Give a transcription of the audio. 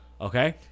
Okay